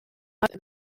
bat